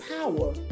power